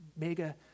mega